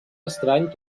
estrany